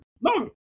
No